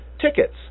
tickets